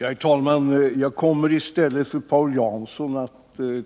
Herr talman! Jag kommer att